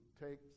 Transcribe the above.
take